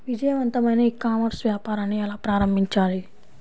విజయవంతమైన e commerce వ్యాపారాన్ని ఎలా ప్రారంభించాలి?